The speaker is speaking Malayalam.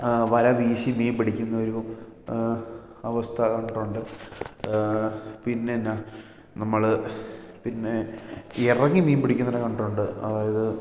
വല വീശി മീൻ പിടിക്കുന്ന ഒരു അവസ്ഥ കണ്ടിട്ടുണ്ട് പിന്നെ എന്നാ നമ്മൾ പിന്നെ ഇറങ്ങി മീൻ പിടിക്കുന്നതിനെ കണ്ടിട്ടുണ്ട് അതായത്